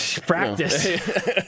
Practice